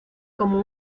como